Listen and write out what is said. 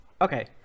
Okay